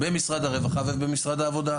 במשרד הרווחה ובמשרד העבודה,